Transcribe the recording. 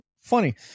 Funny